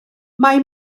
mae